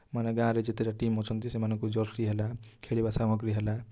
ମାନେ ଗାଁ'ରେ ଯେତେଟା ଟିମ୍ ଅଛନ୍ତି ସେମାନଙ୍କୁ ଜର୍ସି ହେଲା ଖେଳିବା ସାମଗ୍ରୀ ହେଲା